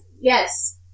Yes